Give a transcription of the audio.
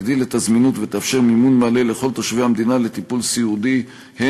תגדיל את הזמינות ותאפשר מימון מלא של הטיפול הסיעודי לכל תושבי המדינה,